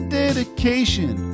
dedication